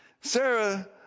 Sarah